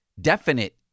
definite